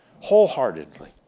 wholeheartedly